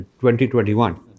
2021